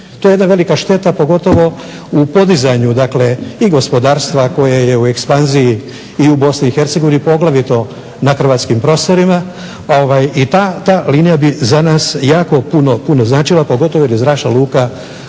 To je jedna velika šteta pogotovo u podizanju, dakle i gospodarstva koje je u ekspanziji i u Bosni i Hercegovini i poglavito na hrvatskim prostorima. I ta linija bi za nas jako puno značila pogotovo jer je Zračna luka